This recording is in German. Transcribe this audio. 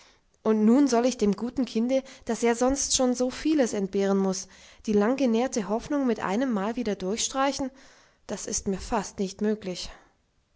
und nun soll ich dem guten kinde das ja sonst schon so vieles entbehren muß die langgenährte hoffnung mit einemmal wieder durchstreichen das ist mir fast nicht möglich